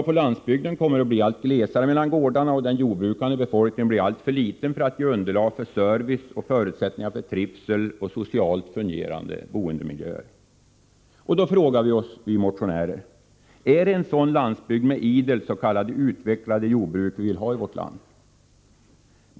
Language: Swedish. På landsbygden kommer det att li allt glesare mellan gårdarna, och den jordbrukande befolkningen blir ai!tför liten för att kunna skapa underlag för service och ge förutsättningar för trivsel och socialt fungerande boendemiljöer. Då undrar vi motionärer: Är det en sådan landsbygd, med !del s.k. utvecklade jordbruk, vi vill ha i vårt land?